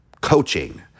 coaching